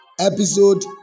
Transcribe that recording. episode